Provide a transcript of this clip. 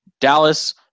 Dallas